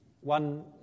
One